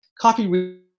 coffee